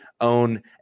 own